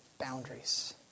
boundaries